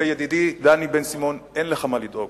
וידידי דני בן-סימון, אין לך מה לדאוג